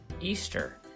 Easter